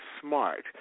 smart